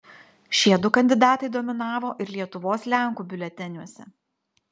šie du kandidatai dominavo ir lietuvos lenkų biuleteniuose